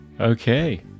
Okay